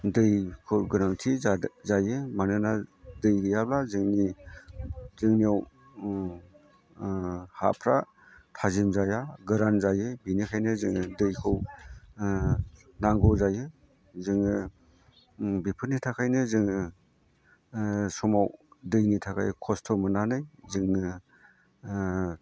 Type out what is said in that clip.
दैखौ गोनांथि जायो मानोना दै गैयाब्ला जोंनियाव हाफ्रा थाजिम जाया गोरान जायो बेनिखायनो जों दैखौ नांगौ जायो जोङो बेफोरनि थाखायनो जोङो समाव दैनि थाखाय खस्थ' मोननानै जोङो